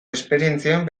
esperientzien